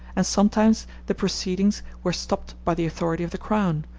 and sometimes the proceedings were stopped by the authority of the crown,